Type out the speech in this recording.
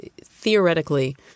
Theoretically